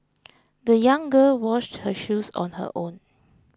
the young girl washed her shoes on her own